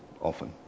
often